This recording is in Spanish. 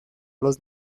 los